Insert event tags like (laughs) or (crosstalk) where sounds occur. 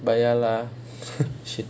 but ya (laughs)